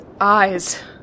eyes